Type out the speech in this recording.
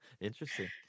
Interesting